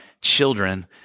children